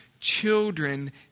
Children